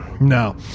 No